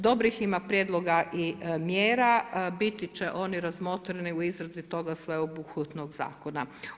Dobrih ima prijedloga i mjera, biti će oni razmotreni u izradi toga sveobuhvatnoga zakona.